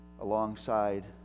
alongside